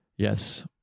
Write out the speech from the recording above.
Yes